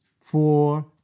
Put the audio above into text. four